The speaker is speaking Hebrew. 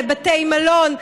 לבתי מלון.